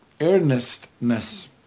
earnestness